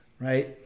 right